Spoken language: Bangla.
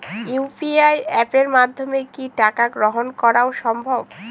ইউ.পি.আই অ্যাপের মাধ্যমে কি টাকা গ্রহণ করাও সম্ভব?